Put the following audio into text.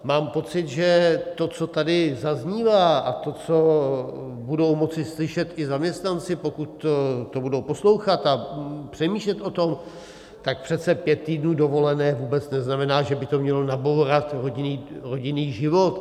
Mám pocit, že to, co tady zaznívá, a to, co budou moci slyšet i zaměstnanci, pokud to budou poslouchat a přemýšlet o tom, tak přece pět týdnů dovolené vůbec neznamená, že by to mělo nabourat rodinný život.